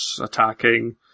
attacking